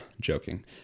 joking